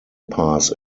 pass